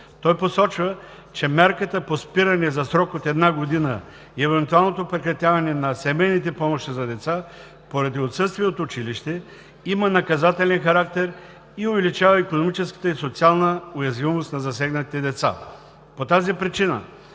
Той посочва, че мярката по спиране за срок от една година и евентуалното прекратяване на семейните помощи за деца поради отсъствие от училище има наказателен характер и увеличава икономическата и социална уязвимост на засегнатите деца. По тази причина